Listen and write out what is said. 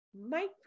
micro